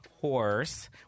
horse